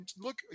look